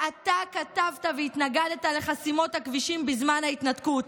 אתה כתבת והתנגדת לחסימות הכבישים בזמן ההתנתקות.